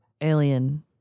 alien